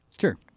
Sure